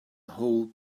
whole